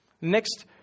next